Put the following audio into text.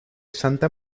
santa